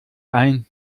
ein